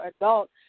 adult